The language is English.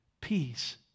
peace